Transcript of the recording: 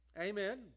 Amen